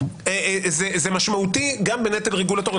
זה משמעותי גם בנטל רגולטורי,